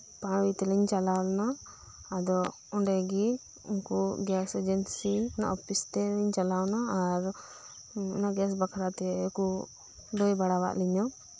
ᱯᱟᱲᱩᱭ ᱛᱮᱞᱤᱧ ᱪᱟᱞᱟᱣ ᱞᱮᱱᱟ ᱟᱫᱚ ᱚᱸᱰᱮᱜᱤᱩᱱᱠᱩ ᱜᱮᱥ ᱮᱡᱮᱱᱥᱤ ᱨᱮᱱᱟᱜ ᱚᱯᱷᱤᱥ ᱛᱮᱞᱤᱧ ᱪᱟᱞᱟᱣᱱᱟ ᱟᱨ ᱚᱱᱟᱜᱮᱥ ᱵᱟᱠᱷᱨᱟ ᱛᱮᱠᱩ ᱞᱟᱹᱭ ᱵᱟᱲᱟᱣᱟᱜ ᱞᱤᱧᱟᱹ